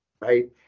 Right